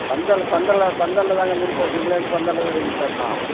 பந்தல் பந்தலில் பந்தலில் தாங்க மின் போஷன் உள்ளலேந்து பந்தல் வரையும் செஞ்சித்தரணும்